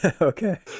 Okay